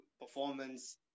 performance